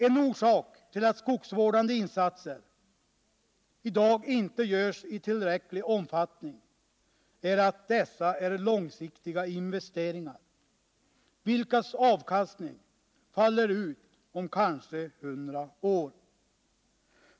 En orsak till att skogsvårdande insatser i dag inte görs i tillräcklig omfattning är att dessa är långsiktiga investeringar, vilkas avkastning faller ut om kanske 100 år.